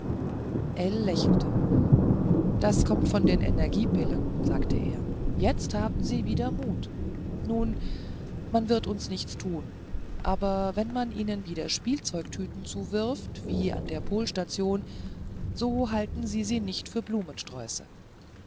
lächelte das kommt von den energiepillen sagte er jetzt haben sie wieder mut nun man wird uns nichts tun aber wenn man ihnen wieder spielzeugtüten zuwirft wie an der polstation so halten sie sie nicht für blumensträuße